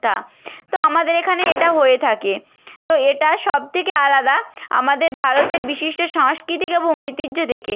টা তো আমাদের এখানে এটা হয়ে থাকে তো এটা সব থেকে আলাদা আমাদের ভারতের বিশিষ্ট সাংস্কৃতিক এবং ঐতিহ্য থেকে